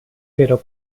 pero